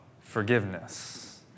forgiveness